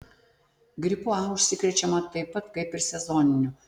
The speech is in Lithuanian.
gripu a užsikrečiama taip pat kaip ir sezoniniu